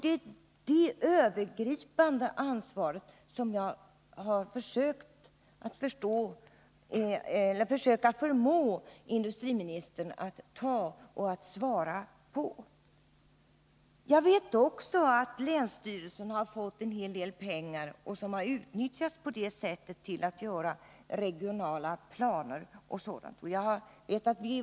Det är det övergripande ansvaret, och jag har försökt förmå industriministern att ta detta och att lämna ett svar. Jag vet också att länsstyrelserna har fått en hel del pengar, som har utnyttjats till att upprätta regionala planer och sådant.